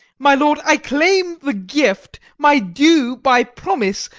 my lord, i claim the gift, my due by promise,